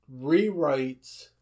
rewrites